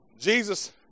Jesus